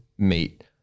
meet